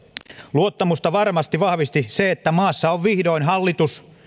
luottamusta varmasti vahvisti se että maassa on vihdoin hallitus